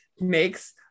makes